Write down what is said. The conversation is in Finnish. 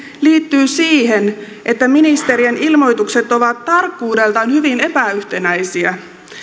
liittyy siihen että ministerien ilmoitukset ovat tarkkuudeltaan hyvin epäyhtenäisiä